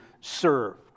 serve